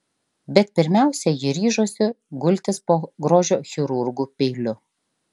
bet pirmiausia ji ryžosi gultis po grožio chirurgų peiliu